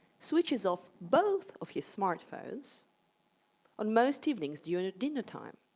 switches off both of his smartphones on most evenings during dinner time.